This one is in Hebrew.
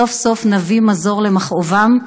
סוף-סוף נביא מזור למכאובם.